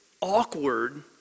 awkward